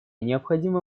необходимо